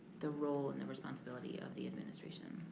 the role and the responsibility of the administration.